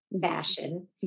fashion